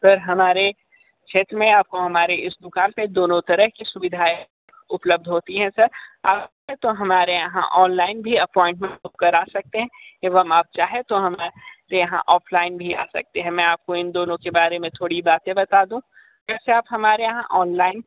sir हमारे क्षेत्र में आपको हमारी इस दुकान पे दोनों तरह की सुविधाएं उपलब्ध होती हैं सर आप चाहें तो हमारे यहां ऑनलाइन भी अप्पॉइंटमेंट बुक करा सकते हैं एवं आप चाहें तो हमारे यहां ऑफ़लाइन भी आ सकते हैं मैं आपको इन दोनों के बारे में थोड़ी बातें बता दूँ वैसे आप हमारे यहां ऑनलाइन